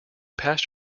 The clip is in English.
passed